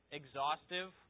exhaustive